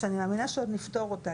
שאני מאמינה שעוד נפתור אותה.